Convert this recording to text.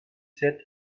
sept